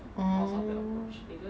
oh